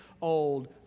old